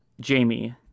Jamie